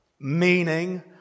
Meaning